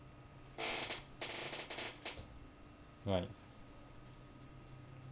right